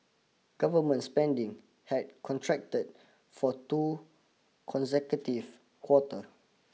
government spending had contracted for two consecutive quarter